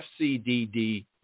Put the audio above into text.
FCDD